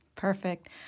Perfect